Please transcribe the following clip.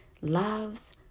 loves